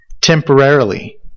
temporarily